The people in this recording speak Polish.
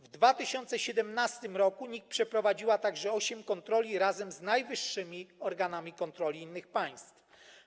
W 2017 r. NIK przeprowadziła także osiem kontroli razem z najwyższymi organami kontroli innych państw.